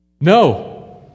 No